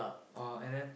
oh and then